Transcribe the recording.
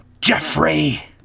Jeffrey